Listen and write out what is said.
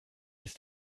ist